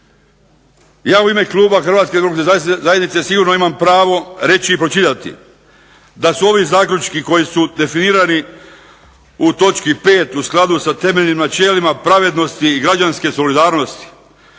Ja u ime kluba HDZ-a sigurno imam pravo reći i pročitati da su ovi zaključci koji su definirani u točki 5. u skladu sa temeljnim načelima pravednosti i građanske solidarnosti.